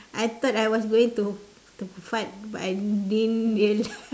I thought I was going to to fart but I didn't real~